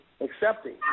accepting